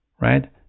right